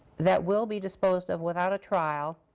that will be disposed of without a trial.